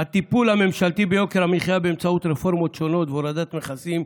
"הטיפול הממשלתי ביוקר המחיה באמצעות רפורמות שונות והורדת מכסים,